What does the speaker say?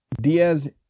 Diaz